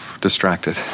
distracted